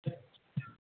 ठीक